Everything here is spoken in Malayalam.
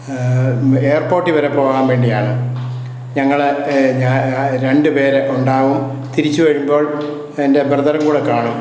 എയർപോർട്ടീ വരെ പോകാൻ വേണ്ടിയാണ് ഞങ്ങള് രണ്ടു പേര് ഉണ്ടാകും തിരിച്ചുവരുമ്പോൾ എൻ്റെ ബ്രദറും കൂടെ കാണും